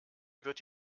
wird